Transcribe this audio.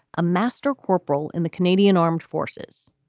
a master corporal in the canadian armed forces